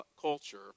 culture